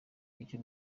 icyo